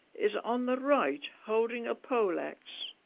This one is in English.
is on the right holding a pole-axe